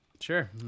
Sure